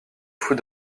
fous